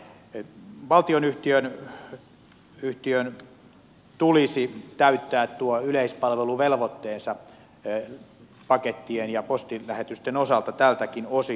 valtionyhtiön tulisi täyttää tuo yleispalveluvelvoitteensa pakettien ja postilähetysten osalta tältäkin osin